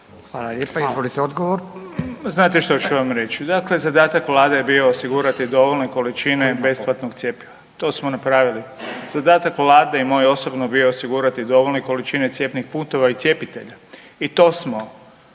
vam lijepa. Izvolite odgovor.